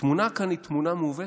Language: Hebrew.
התמונה כאן היא תמונה מעוותת.